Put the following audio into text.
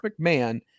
McMahon